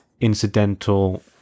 incidental